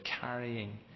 carrying